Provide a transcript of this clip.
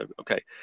okay